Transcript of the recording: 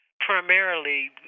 primarily